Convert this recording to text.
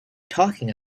talking